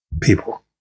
people